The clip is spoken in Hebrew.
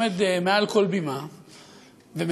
עומד מעל כל בימה ומספר,